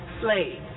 slave